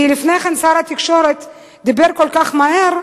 כי לפני כן שר התקשורת דיבר כל כך מהר,